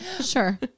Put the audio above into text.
Sure